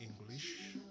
English